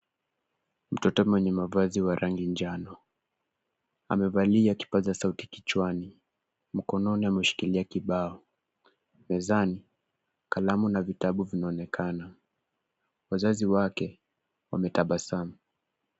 Mtoto mwenye mavazi wa rangi njano. Amevalia kipaza sauti kichwani mkononi ameshikilia kibao. Mezani, kalamu na vitabu vinaonekana. Wazazi wake wametabasamu.